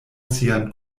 sian